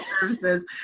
services